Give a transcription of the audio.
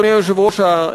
אדוני היושב-ראש,